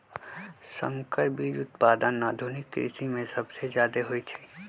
संकर बीज उत्पादन आधुनिक कृषि में सबसे जादे होई छई